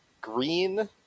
green